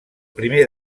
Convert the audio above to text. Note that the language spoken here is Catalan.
primer